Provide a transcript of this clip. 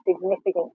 significant